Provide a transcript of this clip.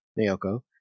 Naoko